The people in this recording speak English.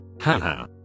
haha